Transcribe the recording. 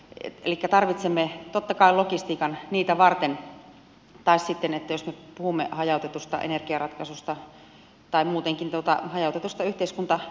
elikkä tarvitsemme totta kai logistiikan niitä varten tai sitten jos me puhumme hajautetusta energiaratkaisusta tai muutenkin hajautetusta yhteiskuntatoiminnasta